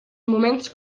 moments